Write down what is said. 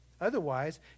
Otherwise